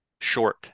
short